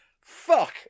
fuck